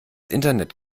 internet